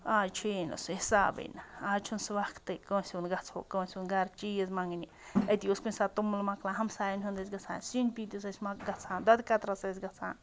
آز چھُ یی نہٕ سُہ حِسابٕے نہٕ آز چھُنہٕ سُہ وقتٕے کٲنٛسہِ ہُنٛد گژھو کٲنٛسہِ ہُنٛد گَرٕ چیٖز منٛگنہِ أتی اوس کُنہِ ساتہٕ توٚمُل مۄکلان ہَمسایَن ہُنٛد ٲسۍ گژھان سِنۍ پیٖنٛتِس ٲسۍ گژھان دۄدٕ کَترَس ٲسۍ گژھان